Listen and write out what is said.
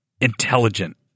intelligent